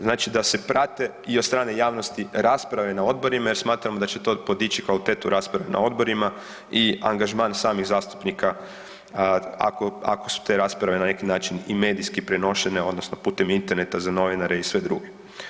Znači, da se prate i od strane javnosti rasprave na odborima jer smatramo da će to podići kvalitetu rasprave na odborima i angažman samih zastupnika ako, ako su te rasprave na neki način i medijski prenošene odnosno putem interneta za novinare i sve druge.